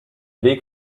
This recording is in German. weg